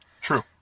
True